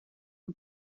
een